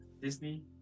Disney